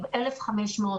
עם 1,200,